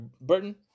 Burton